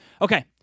Okay